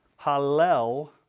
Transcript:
Hallel